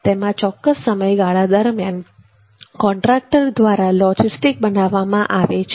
તેમાં ચોક્કસ સમયગાળા દરમિયાન કોન્ટ્રાક્ટર દ્વારા લોજિસ્ટિક બનાવવામાં આવે છે